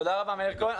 תודה מאיר כהן.